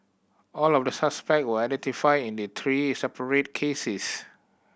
all of the suspect were identified in the three separate cases